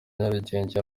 nyarugenge